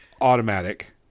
automatic